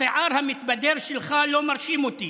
השיער המתבדר שלך לא מרשים אותי.